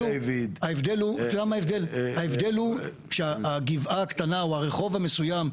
ההבדל הוא שהגבעה הקטנה או הרחוב המסוים,